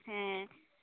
হ্যাঁ